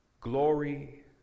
Glory